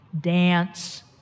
dance